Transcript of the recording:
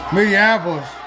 Minneapolis